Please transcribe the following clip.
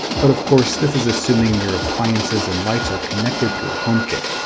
but, of course, this is assuming your appliances and lights are connected through homekit.